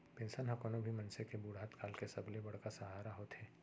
pension ह कोनो भी मनसे के बुड़हत काल के सबले बड़का सहारा होथे